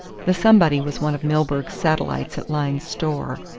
the somebody was one of milburgh's satellites at lyne's store.